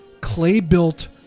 clay-built